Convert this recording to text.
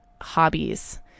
hobbies